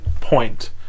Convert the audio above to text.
point